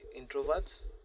introverts